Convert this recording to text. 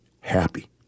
happy